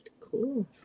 Cool